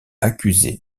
accusé